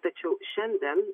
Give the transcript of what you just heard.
tačiau šiandien